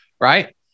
Right